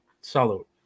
salute